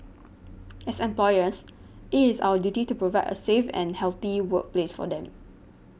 as employers it is our duty to provide a safe and healthy workplace for them